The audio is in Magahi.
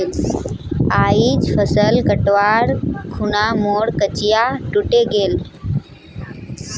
आइज फसल कटवार खूना मोर कचिया टूटे गेले